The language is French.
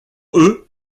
eux